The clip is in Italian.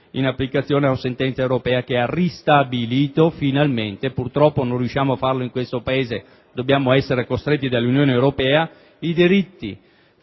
all'applicazione di una sentenza europea che ristabilisce finalmente - purtroppo non riusciamo a farlo in questo Paese e dobbiamo essere costretti dall'Unione Europea - diritti